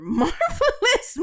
marvelous